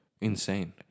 Insane